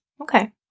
Okay